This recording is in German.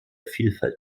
vielfalt